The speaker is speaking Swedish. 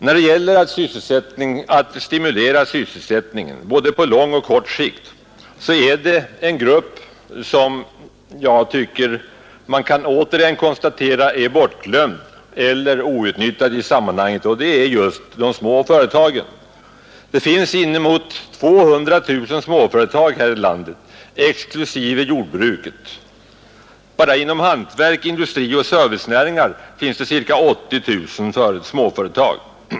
När det gäller att stimulera sysselsättningen både på lång och på kort sikt är det en grupp som man återigen kan konstatera är bortglömd eller outnyttjad i sammanhanget, och det är just de små företagen. Det finns inemot 200 000 småföretag här i landet exklusive jordbruket. Bara inom hantverk, industri och servicenäringar finns det ca 80 000 småföretag.